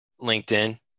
LinkedIn